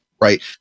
Right